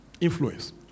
influence